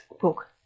book